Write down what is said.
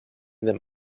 them